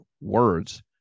words